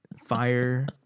Fire